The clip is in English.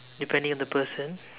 depending on the person